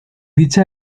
dicha